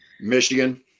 Michigan